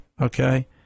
okay